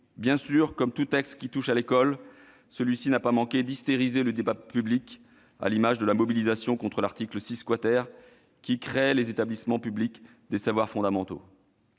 Bien sûr, comme tout texte touchant à l'école, celui-ci n'a pas manqué d'hystériser le débat public, à l'image de la mobilisation contre l'article 6 , qui créait les établissements publics locaux d'enseignement